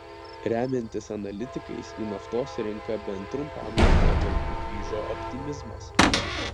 remiantis analitikais į naftos rinką bent trumpam laikotarpiui grįžo optimizmas